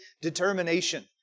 determination